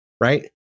right